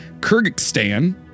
Kyrgyzstan